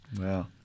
Wow